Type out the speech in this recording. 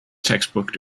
textbook